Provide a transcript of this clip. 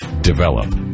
develop